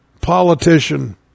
politician